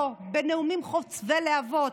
בנאומים חוצבי להבות.